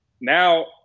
now